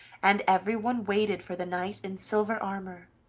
and everyone waited for the knight in silver armor,